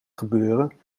gebeuren